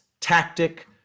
tactic